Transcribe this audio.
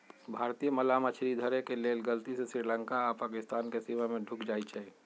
भारतीय मलाह मछरी धरे के लेल गलती से श्रीलंका आऽ पाकिस्तानके सीमा में ढुक जाइ छइ